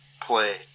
play